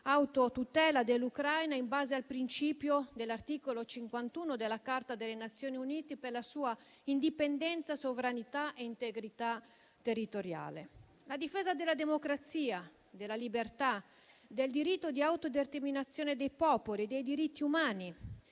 autotutela dell'Ucraina, in base al principio dell'articolo 51 della Carta delle Nazioni Unite per la sua indipendenza, sovranità e integrità territoriale. La difesa della democrazia, della libertà, del diritto di autodeterminazione dei popoli, dei diritti umani